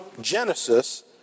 Genesis